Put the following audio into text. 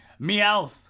Meowth